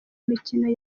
mikino